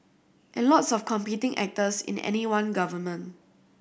and lots of competing actors in any one government